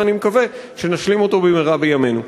ואני מקווה שנשלים אותו במהרה בימינו.